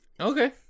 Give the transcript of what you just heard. Okay